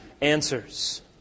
answers